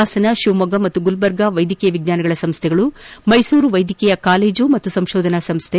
ಪಾಸನ ಶಿವಮೊಗ್ಗ ಮತ್ತು ಗುರ್ಜರ್ಣಾ ವೈದ್ಯಕೀಯ ವಿಜ್ಞಾನಗಳ ಸಂಸ್ಥೆಗಳು ಮೈಸೂರು ವೈದ್ಯಕೀಯ ಸಂಸ್ಥೆ ಮತ್ತು ಸಂಶೋಧನಾ ಸಂಸ್ಥೆ